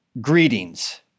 greetings